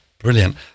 Brilliant